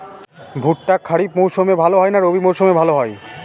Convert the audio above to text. ভুট্টা খরিফ মৌসুমে ভাল হয় না রবি মৌসুমে ভাল হয়?